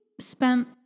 spent